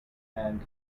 and